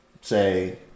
say